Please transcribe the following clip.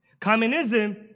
Communism